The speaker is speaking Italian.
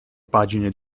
pagine